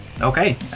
Okay